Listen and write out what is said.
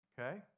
Okay